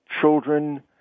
children